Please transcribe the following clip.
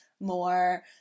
more